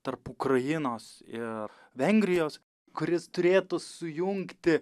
tarp ukrainos ir vengrijos kuris turėtų sujungti